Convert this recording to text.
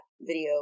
video